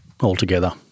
altogether